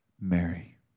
Mary